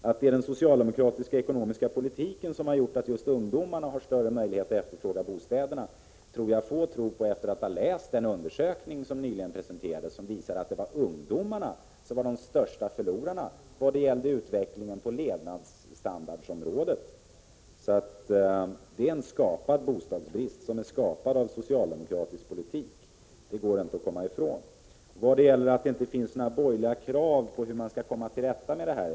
Att det är den socialdemokratiska ekonomiska politiken som harilett till att just ungdomarna har större möjligheter att efterfråga bostäderna tror jag att få tror på efter att ha läst den undersökning som nyligen presenterades och som visade att det var ungdomarna som var de största förlorarna när det gällde utvecklingen av levnadsstandarden. Bostadsbristen är skapad av socialdemokratisk politik, det går inte att komma ifrån. Lennart Nilsson sade att det inte finns några borgerliga krav på hur man skall komma till rätta med detta.